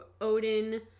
Odin